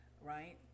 right